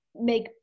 make